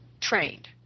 trained